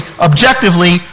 objectively